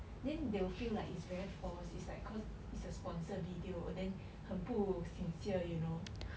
then they will feel like it's very forced is like cause it's a sponsor video then 很不 sincere you know